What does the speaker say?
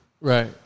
Right